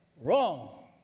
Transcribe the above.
Wrong